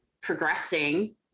progressing